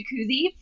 jacuzzi